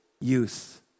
youth